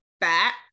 back